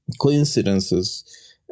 coincidences